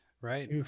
Right